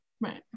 right